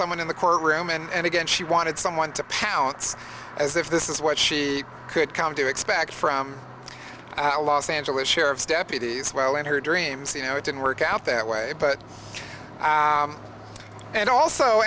some in the courtroom and again she wanted someone to pounce as if this is what she could come to expect from the los angeles sheriff's deputies well in her dreams you know it didn't work out that way but and also